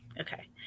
Okay